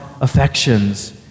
affections